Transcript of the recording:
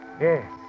Yes